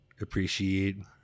appreciate